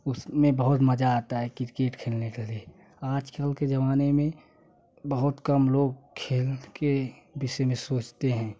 उसमे बहुत मज़ा आता है क्रिकेट खेलने के लिए आज कल के जमाने में बहुत कम लोग खेल के इसी में सोचते हैं